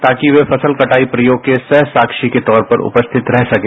ताकि वह फसल कटाई प्रयोग के सहसाक्षी के तौर परउपस्थित रह सकें